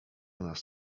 nas